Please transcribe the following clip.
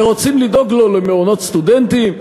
ורוצים לדאוג לו למעונות סטודנטים,